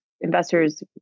investors